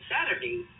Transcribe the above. Saturday